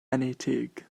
enetig